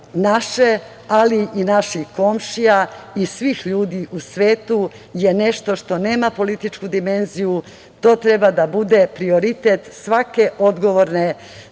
naše, ali i naših komšija i svih ljudi u svetu je nešto što nema političku dimenziju, to treba da bude prioritet svake odgovorne